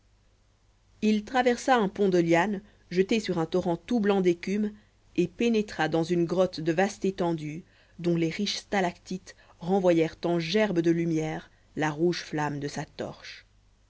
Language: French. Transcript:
il traversa un pont de lianes jeté sur un torrent tout blanc d'écume et pénétra dans une grotte de vaste étendue dont les riches stalactites renvoyèrent en gerbes de lumière la rouge flamme de sa torche